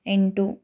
ಎಂಟು